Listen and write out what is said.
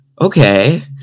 okay